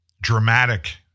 Dramatic